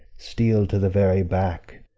steel to the very back,